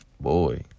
boy